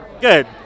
Good